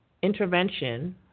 intervention